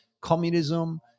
communism